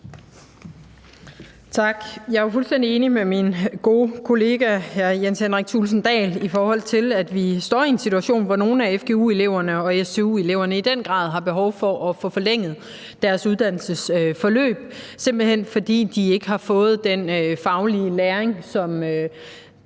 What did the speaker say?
Tak. Jeg er fuldstændig enig med min gode kollega hr. Jens Henrik Thulesen Dahl i, at vi står i en situation, hvor nogle af fgu-eleverne og stu-eleverne i den grad har behov for at få forlænget deres uddannelsesforløb, simpelt hen fordi de ikke har fået den faglige læring, som